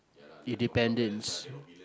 independence